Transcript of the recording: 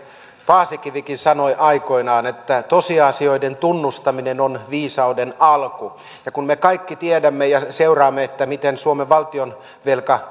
paasikivikin sanoi aikoinaan että tosiasioiden tunnustaminen on viisauden alku ja kun me kaikki tiedämme ja seuraamme miten suomen valtionvelka